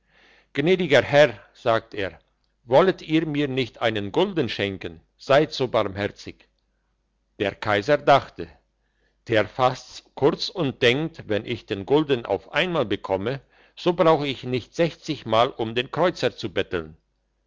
gnädiger herr sagte er wollet ihr mir nicht einen gulden schenken seid so barmherzig der kaiser dachte der fasst's kurz und denkt wenn ich den gulden auf einmal bekomme so brauch ich nicht sechzig mal um den kreuzer zu betteln